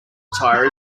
attire